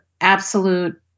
absolute